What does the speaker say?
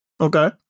Okay